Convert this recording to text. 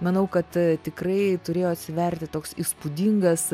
manau kad tikrai turėjo atsiverti toks įspūdingas